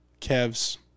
Kev's